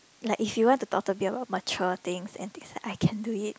like if you want to talk to me about mature things and things like I can do it